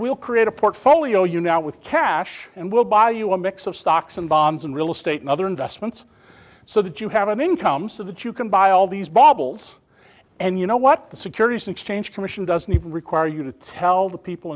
we'll create a portfolio you now with cash and we'll buy you a mix of stocks and bonds and real estate and other investments so that you have an income so that you can buy all these baubles and you know what the securities and exchange commission doesn't even require you to tell the people